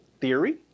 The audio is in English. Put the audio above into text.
theory